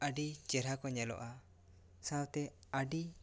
ᱟᱹᱰᱤ ᱪᱮᱦᱨᱟ ᱠᱚ ᱧᱮᱞᱚᱜᱼᱟ ᱥᱟᱶᱛᱮ ᱟᱹᱰᱤ